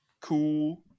cool